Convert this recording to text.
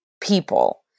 people